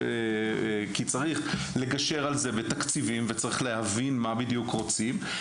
כי צריך לגשר על זה בתקציבים וצריך להבין מה בדיוק רוצים.